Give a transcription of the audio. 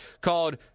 called